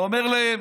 אתה אומר להם: